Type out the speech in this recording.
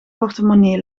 portemonnee